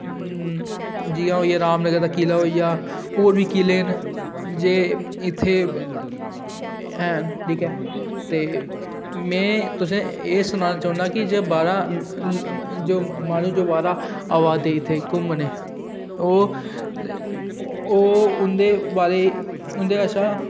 जियां होइया रामनगर दा किला होइया होर बी किले न जे इत्थें हैन ठीक ऐ में तुसेंगी एह् सनाना चाह्न्ना कि बाह्रा जो म्हाराज आवा दे घुम्मनै ई ओह् उंदे बारै उंदे अच्छा